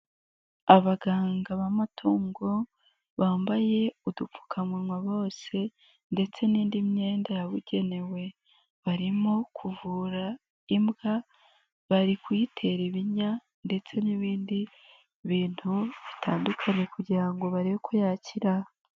Abaganga b'amatungo bambaye udupfukamunwa bose ndetse n'indi myenda yabugenewe barimo kuvura imbwa bari kuyitera ibinya ndetse n'ibindi bintu bitandukanye kugira ngo barebe ko yakira.